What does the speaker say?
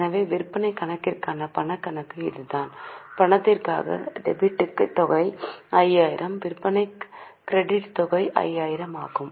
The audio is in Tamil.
எனவே விற்பனைக் கணக்கிற்கான பணக் கணக்கு இதுதான் பணத்திற்கான டெபிட் த் தொகை 5000 விற்பனையின் கிரெடிட் தொகை 5000 ஆகும்